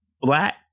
black